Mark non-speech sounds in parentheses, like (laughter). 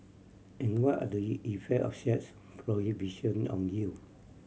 and what are the (unintelligible) effect of such prohibition on youth